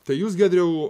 tai jūs giedriau